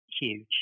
Huge